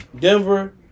Denver